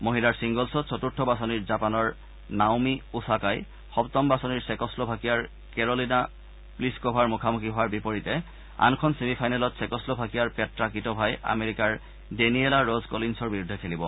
মহিলাৰ ছিংগল্ছত চতুৰ্থ বাছনিৰ জাপানৰ নাওমি ওছাকাই সপ্তম বাছনিৰ ছেকশ্ন ভাকিয়াৰ কেৰলিনা প্লিছক ভাৰ মুখামুখি হোৱাৰ বিপৰীতে আনখন ছেমি ফাইনেলত ছেকশ্ন ভাকিয়াৰ পেট্টা কিট ভাই আমেৰিকাৰ ডেনিয়েলা ৰজ কলিন্ছৰ বিৰুদ্ধে খেলিব